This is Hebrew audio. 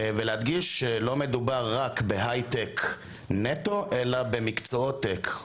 ולהדגיש שלא מדובר רק בהייטק נטו אלא במקצועות טק.